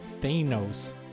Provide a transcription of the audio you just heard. Thanos